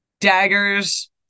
daggers